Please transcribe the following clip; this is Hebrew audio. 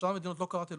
בשאר המדינות לא קראתי,